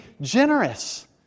generous